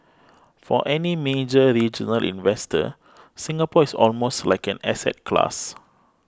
for any major regional investor Singapore is almost like an asset class